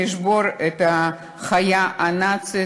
איזה חרדי יכול לבוא לגור שם?